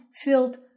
filled